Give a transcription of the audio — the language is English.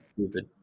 Stupid